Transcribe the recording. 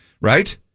Right